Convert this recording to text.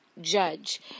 judge